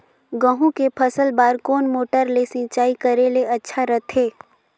गहूं के फसल बार कोन मोटर ले सिंचाई करे ले अच्छा रथे?